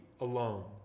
alone